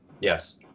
Yes